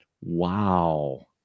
Wow